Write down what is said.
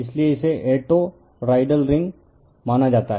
इसलिए इसे a toroidal ring माना जाता है